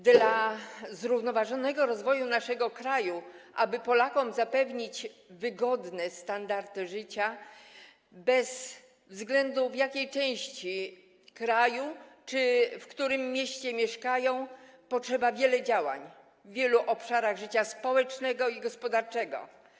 Dla zrównoważonego rozwoju naszego kraju, aby Polakom zapewnić wygodne standardy życia bez względu na to, w jakiej części kraju czy w którym mieście mieszkają, potrzeba wielu działań w wielu obszarach życia społecznego i gospodarczego.